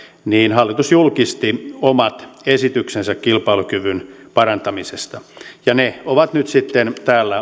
niin hallitus julkisti omat esityksensä kilpailukyvyn parantamisesta ja ne ovat nyt sitten täällä